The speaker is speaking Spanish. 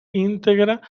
integra